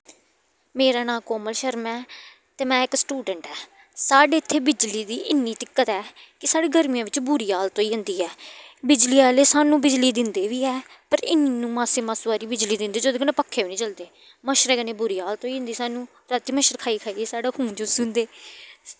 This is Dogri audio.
मेरा नांऽ कोमल शर्मा ऐ ते में इक स्टूडैंट आं साढ़े इत्थै बिजली दी इन्नी दिक्कत ऐ कि साढ़ी गर्मियें बिच्च बुरी हालत होई जंदी ऐ बिजली आह्ले सानूं बिजली दिंदे बी ऐ पर इन्नी मास्सु मास्सु हारी बिजली दिंदे जेह्दे कन्ने पक्खे बी निं चलदे मच्छरे कन्ने बुरी हालत होई जंदी सानूं रातीं मच्छर खाई खाइयै साढ़ा खून चूसी ओड़दे